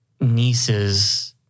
nieces